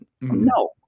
No